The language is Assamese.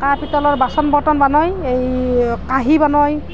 কাঁহ পিতলৰ বাচন বৰ্তন বনায় এই কাঁহী বনায়